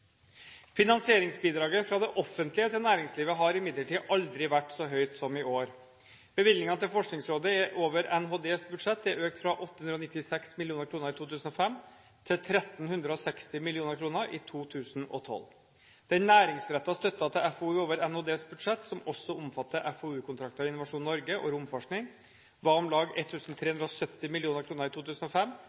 Finansieringsbidraget fra det offentlige til næringslivet har imidlertid aldri vært så høyt som i år. Bevilgningene til Forskningsrådet over Nærings- og handelsdepartementets budsjett er økt fra 896 mill. kr i 2005 til 1 360 mill. kr i 2012. Den næringsrettede støtten til FoU over NHDs budsjett, som også omfatter FoU-kontrakter i Innovasjon Norge og romforskning, var om lag 1 370 mill. kr i 2005